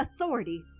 authority